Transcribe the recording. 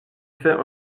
fait